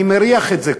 אני מריח את זה.